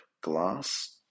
glass